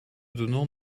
donnant